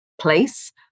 place